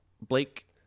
Blake